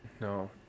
No